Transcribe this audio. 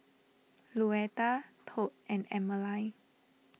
Luetta Tod and Emmaline